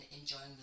enjoying